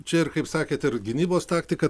čia ir kaip sakėt ir gynybos taktika